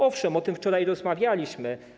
Owszem, o tym wczoraj rozmawialiśmy.